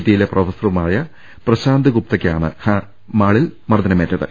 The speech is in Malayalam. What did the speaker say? ടിയിലെ പ്രൊഫസറുമായ പ്രശാന്ത് ഗുപ്തയ്ക്കാണ് മാളിൽ മർദ്ദന മേറ്റത്